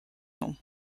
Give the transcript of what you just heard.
nom